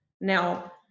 Now